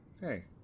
Hey